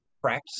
practice